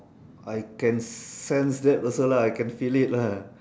I can sense that also lah I can feel it lah